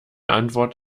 antwort